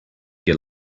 get